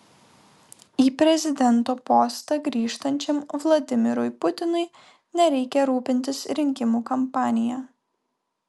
į prezidento postą grįžtančiam vladimirui putinui nereikia rūpintis rinkimų kampanija